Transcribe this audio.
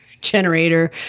generator